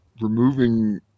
removing